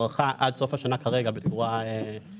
הארכה עד סוף השנה כרגע בצורה מהירה.